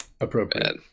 appropriate